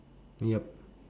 yup